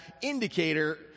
indicator